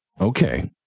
Okay